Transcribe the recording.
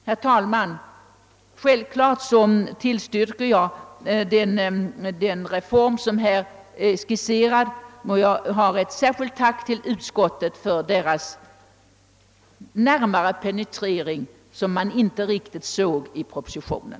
Herr talman! Givetvis tillstyrker jag reformen, och jag riktar samtidigt ett särskilt tack till utskottet för dess närmare penetrering av frågan, något som i viss mån saknades i propositionen.